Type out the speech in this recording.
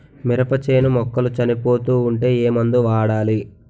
మినప చేను మొక్కలు చనిపోతూ ఉంటే ఏమందు వాడాలి?